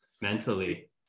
mentally